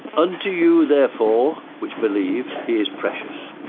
unto you therefore which believe he is precious,